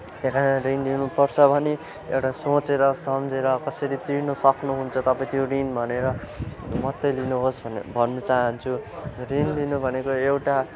त्यहाँ रिन लिनुपर्छ भने एउटा सोचेर सम्झेर कसरी तिर्न सक्नुहुन्छ तपाईँ त्यो रिन भनेर मात्रै लिनुहोस् भनेर भन्नु चाहन्छु रिन लिनु भनेको एउटा